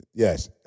Yes